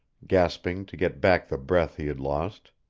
gasping to get back the breath he had lost.